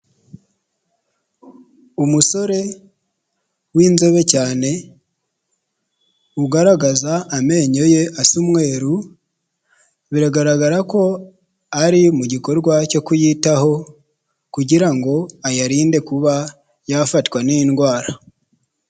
Umusore w'inzobe cyane ugaragaza amenyo ye asa umweru biragaragara ko ari mu gikorwa cyo kuyitaho kugira ngo ayarinde kuba yafatwa n'indwara.